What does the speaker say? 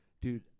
Dude